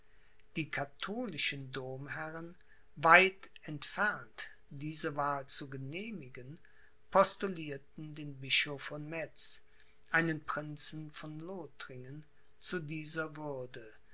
die katholischen domherren weit entfernt diese wahl zu genehmigen postulierten den bischof von metz einen prinzen von lothringen zu dieser würde